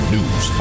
News